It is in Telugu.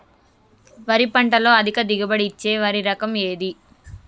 వరి పంట లో అధిక దిగుబడి ఇచ్చే వరి రకం ఏది?